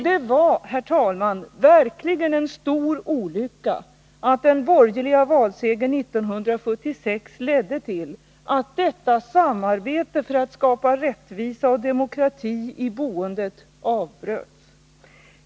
Det var, herr talman, verkligen en stor olycka att den borgerliga valsegern 1976 ledde till att detta samarbete för att skapa rättvisa och demokrati i boendet avbröts.